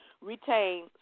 retain